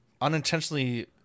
unintentionally